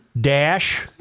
Dash